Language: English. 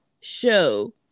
show